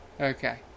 Okay